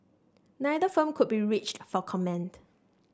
neither firm could be reached for comment